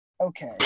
okay